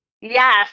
Yes